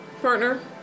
partner